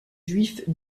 juif